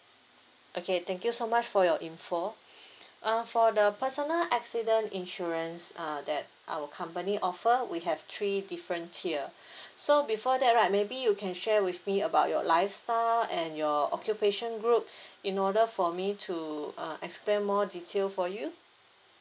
okay thank you so much for your information uh for the personal accident insurance uh that our company offer we have three different tier so before that right maybe you can share with me about your lifestyle and your occupation group in order for me to uh explain more details for you